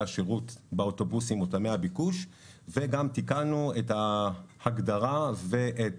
השירות באוטובוסים מותאמי הביקוש וגם תיקנו את ההגדרה ואת